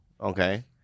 Okay